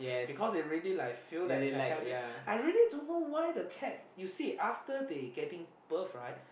because they really like feel that for having I really don't know why like that the cat your see after they getting birth right